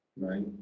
right